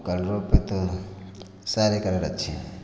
कलरों पे तो सारे कलर अच्छे हैं